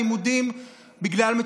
אתה הרי מבין,